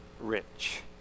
rich